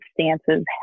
stances